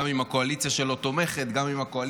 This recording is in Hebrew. גם אם הקואליציה שלו תומכת בו,